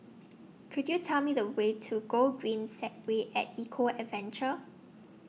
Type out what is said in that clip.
Could YOU Tell Me The Way to Gogreen Segway At Eco Adventure